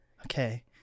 Okay